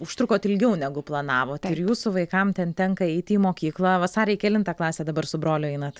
užtrukot ilgiau negu planavot ir jūsų vaikam ten tenka eiti į mokyklą vasare į kelintą klasę dabar su broliu einat